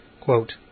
Quote